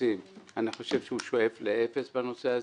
השיפוצים אני חושב שהוא שואף לאפס בנושא הזה.